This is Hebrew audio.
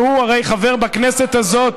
והרי הוא חבר בכנסת הזאת,